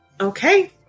Okay